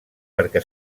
perquè